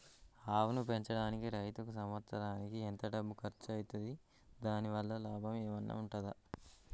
ఆవును పెంచడానికి రైతుకు సంవత్సరానికి ఎంత డబ్బు ఖర్చు అయితది? దాని వల్ల లాభం ఏమన్నా ఉంటుందా?